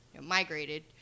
migrated